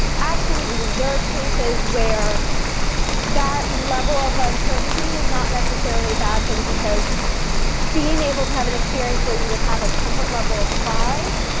absolutely, there are cases where that level of uncertainty is not necessarily a bad thing because being able to have an experience where you would have a comfort level of five